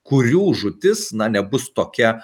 kurių žūtis na nebus tokia